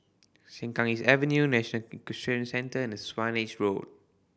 Sengkang East Avenue National Equestrian Centre and Swanage Road